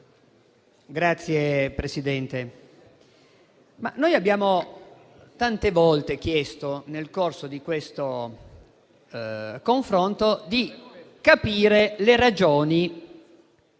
Signora Presidente, noi abbiamo tante volte chiesto nel corso di questo confronto di capire le ragioni